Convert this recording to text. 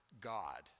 God